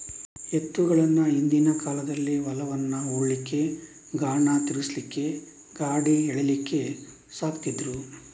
ಎತ್ತುಗಳನ್ನ ಹಿಂದಿನ ಕಾಲದಲ್ಲಿ ಹೊಲವನ್ನ ಉಳ್ಲಿಕ್ಕೆ, ಗಾಣ ತಿರ್ಗಿಸ್ಲಿಕ್ಕೆ, ಗಾಡಿ ಎಳೀಲಿಕ್ಕೆ ಸಾಕ್ತಿದ್ರು